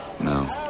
no